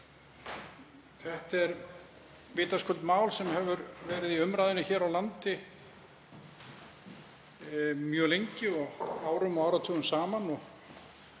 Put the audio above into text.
sem er vitaskuld mál sem hefur verið í umræðunni hér á landi mjög lengi, árum og áratugum saman.